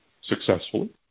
successfully